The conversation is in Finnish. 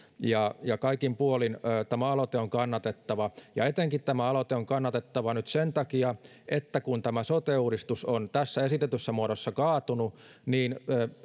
ja ja kaikin puolin tämä aloite on kannatettava etenkin tämä aloite on kannatettava nyt sen takia että kun sote uudistus on esitetyssä muodossa kaatunut niin